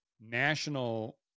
national